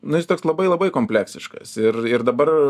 nu jis toks labai labai kompleksiškas ir ir dabar